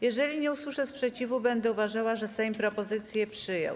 Jeżeli nie usłyszę sprzeciwu, będę uważała, że Sejm propozycję przyjął.